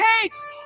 takes